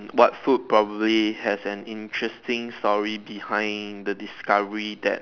what food probably has an interesting story behind the discovery that